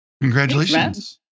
congratulations